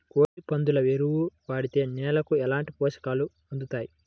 కోడి, పందుల ఎరువు వాడితే నేలకు ఎలాంటి పోషకాలు అందుతాయి